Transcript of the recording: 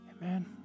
Amen